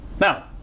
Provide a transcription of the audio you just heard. Now